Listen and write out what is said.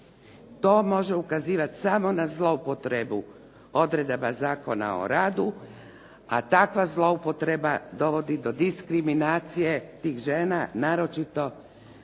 To može ukazivati samo na zloupotrebu odredaba Zakona o radu, a takva zloupotreba dovodi do diskriminacije tih žena, naročito